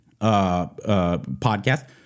podcast—